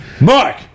mark